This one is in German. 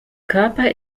körper